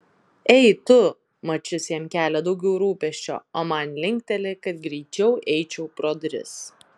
ei tu mat šis jam kelia daugiau rūpesčio o man linkteli kad greičiau eičiau pro duris